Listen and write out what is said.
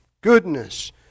goodness